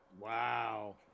Wow